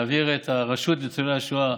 להעביר את הרשות לניצולי השואה,